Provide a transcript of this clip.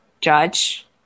judge